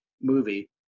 movie